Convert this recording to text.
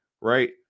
right